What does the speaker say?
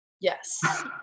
Yes